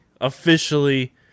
officially